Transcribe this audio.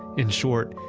in short,